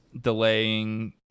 delaying